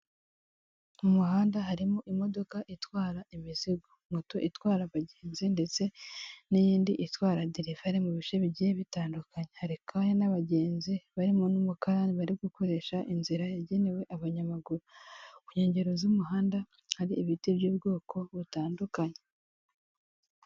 Umuhanda harimo imodoka itwara imizigo, moto itwara abagenzi ndetse n'iyindi itwara derevare mu bice bigiye bitandukanye, hari kandi n'abagenzi barimo n'umukarani bari gukoresha inzira yagenewe abanyamaguru, ku nkengero z'umuhanda hari ibiti by'ubwoko butandukanye.